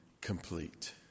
complete